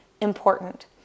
important